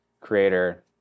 creator